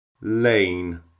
lane